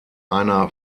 einer